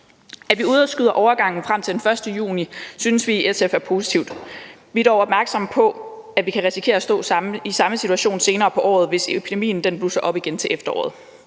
At vi udskyder overgangen frem til den 1. juni, synes vi i SF er positivt. Vi er dog opmærksomme på, at vi kan risikere at stå i samme situation senere på året, hvis epidemien blusser op igen til efteråret.